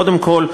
קודם כול,